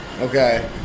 Okay